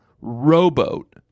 rowboat